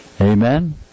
Amen